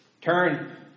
Turn